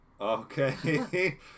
Okay